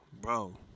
Bro